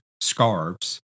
scarves